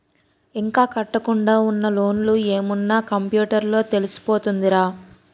ఇంకా కట్టకుండా ఉన్న లోన్లు ఏమున్న కంప్యూటర్ లో తెలిసిపోతదిరా